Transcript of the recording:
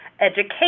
education